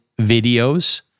videos